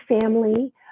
family